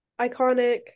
iconic